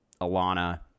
Alana